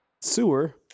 sewer